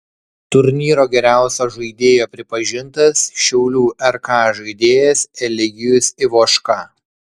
turnyro geriausio žaidėjo pripažintas šiaulių rk žaidėjas eligijus ivoška